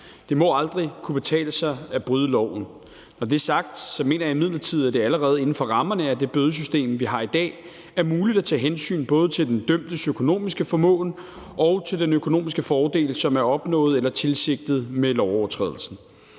Det må aldrig kunne betale sig at bryde loven. Når det er sagt, mener jeg imidlertid, at det allerede inden for rammerne af det bødesystem, vi har i dag, er muligt at tage hensyn både til den dømtes økonomiske formåen og til den økonomiske fordel, som er opnået eller tilsigtet med lovovertrædelsen.